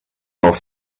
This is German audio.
auf